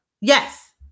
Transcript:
Yes